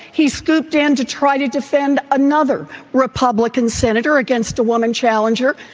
he scooped and to try to defend another republican senator against a woman challenger.